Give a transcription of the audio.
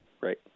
Right